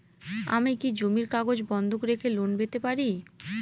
আমি কি জমির কাগজ বন্ধক রেখে লোন পেতে পারি?